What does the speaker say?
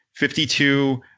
52